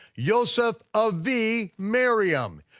yoseph of thee, miriam.